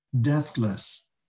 deathless